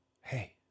hey